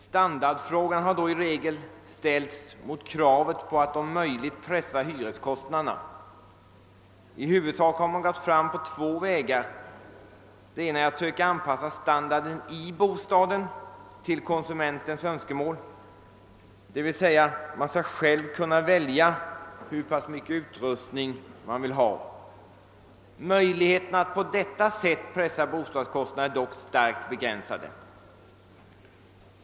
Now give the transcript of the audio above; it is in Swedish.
Standardfrågan har då i regel ställts mot kravet på att om möjligt pressa hyreskostnaderna. I huvudsak har man gått fram på två vägar. Den ena vägen är att söka anpassa standarden i bostaden till konsumentens önskemål, d.v.s. man skall själv kunna välja hur pass mycket utrustning man vill ha. Möjligheterna att på detta sätt pressa boendekostnaderna är dock starkt begränsade.